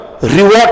reward